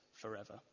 forever